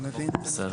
טוב, בסדר.